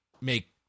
make